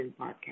podcast